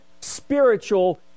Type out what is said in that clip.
spiritual